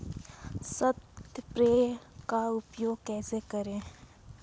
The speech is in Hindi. स्प्रेयर का उपयोग कैसे करें?